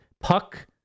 Puck